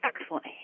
excellent